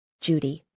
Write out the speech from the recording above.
Judy